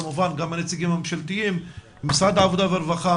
כמובן יחד עם הנציגים הממשלתיים כמו משרד העבודה והרווחה,